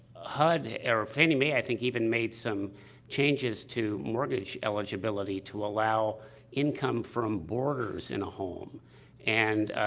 hud or fannie mae, i think, even made some changes to mortgage eligibility to allow income from boarders in a home and,